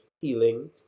healing